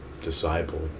disciple